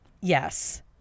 Yes